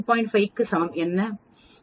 5 க்கு சமம் என்ன பகுதி